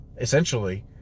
essentially